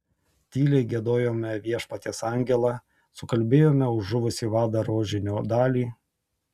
tyliai giedojome viešpaties angelą sukalbėjome už žuvusį vadą rožinio dalį